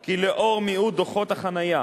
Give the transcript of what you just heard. כי לאור מיעוט דוחות החנייה